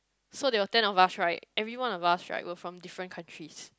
so there were ten of us right everyone of us right were from different countries